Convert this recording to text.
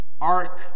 Ark